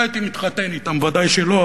לא הייתי מתחתן אתם, בוודאי שלא.